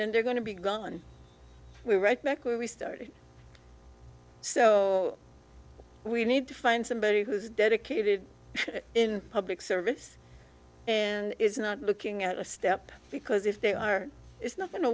and they're going to be gone we're right back where we started so we need to find somebody who's dedicated in public service and is not looking at a step because if they are it's not going to